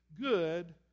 good